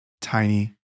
Tiny